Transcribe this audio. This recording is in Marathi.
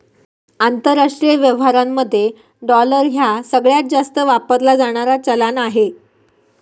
आंतरराष्ट्रीय व्यवहारांमध्ये डॉलर ह्या सगळ्यांत जास्त वापरला जाणारा चलान आहे